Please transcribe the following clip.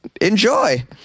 Enjoy